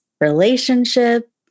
relationship